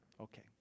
Okay